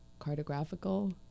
cartographical